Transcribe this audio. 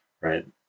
right